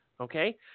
okay